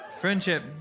friendship